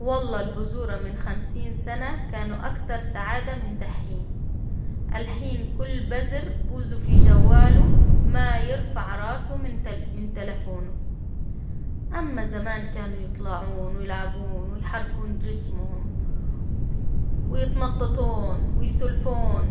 والله البزورة من خمسين سنة كانوا أكتر سعادة من دحين، الحين كل بذر بوزه في جواله ما يرفع راسه من تل من تلفونه، أما زمان كانوا يطلعون ويلعبون ويحركون جسمهم ويتنططون ويسولفون.